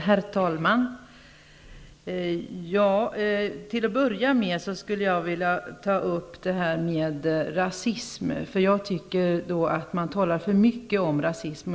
Herr talman! Till att börja med skulle jag vilja ta upp begreppet rasism. Jag tycker att man talar för mycket om rasism.